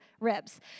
ribs